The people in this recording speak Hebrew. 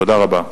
תודה רבה.